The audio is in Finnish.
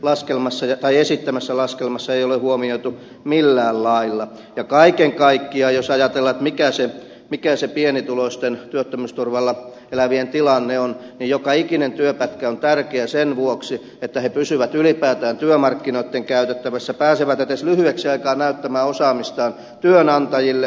asko seljavaaran esittämässä laskelmassa ei ole huomioitu millään lailla ja kaiken kaikkiaan jos ajatellaan mikä se pienituloisten työttömyysturvalla elävien tilanne on joka ikinen työpätkä on tärkeä sen vuoksi että he pysyvät ylipäätään työmarkkinoitten käytettävissä pääsevät edes lyhyeksi aikaa näyttämään osaamistaan työnantajille